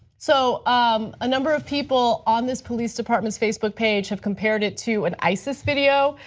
so um a number of people on this police department's facebook page have compared it to an isis video.